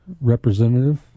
representative